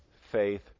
faith